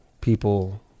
people